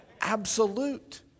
Absolute